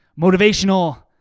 motivational